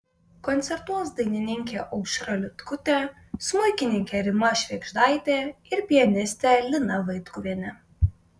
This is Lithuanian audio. koncertuos dainininkė aušra liutkutė smuikininkė rima švėgždaitė ir pianistė lina vaitkuvienė